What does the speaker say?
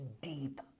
deep